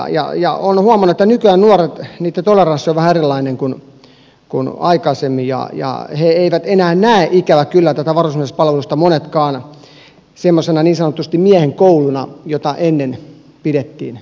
olen huomannut että nykyajan nuorten toleranssi on vähän erilainen kuin aikaisemmin ja he eivät enää näe ikävä kyllä tätä varusmiespalvelusta monetkaan semmoisena niin sanotusti miehen kouluna jollaisena sitä ennen pidettiin